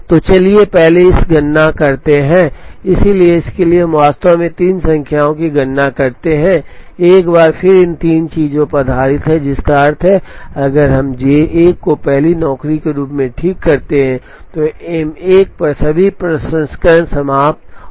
तो चलिए पहले इसकी गणना करते हैं इसलिए इसके लिए हम वास्तव में तीन संख्याओं की गणना करते हैं एक बार फिर इन तीन चीजों पर आधारित है जिसका अर्थ है कि अगर हम J 1 को पहली नौकरी के रूप में ठीक करते हैं तो M 1 पर सभी प्रसंस्करण समाप्त हो जाएंगे